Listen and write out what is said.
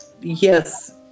Yes